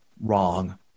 Wrong